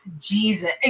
Jesus